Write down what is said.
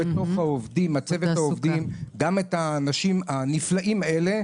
בצוות העובדים גם את האנשים הנפלאים האלה,